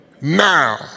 Now